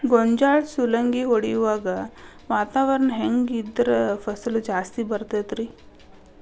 ಗೋಂಜಾಳ ಸುಲಂಗಿ ಹೊಡೆಯುವಾಗ ವಾತಾವರಣ ಹೆಂಗ್ ಇದ್ದರ ಫಸಲು ಜಾಸ್ತಿ ಬರತದ ರಿ?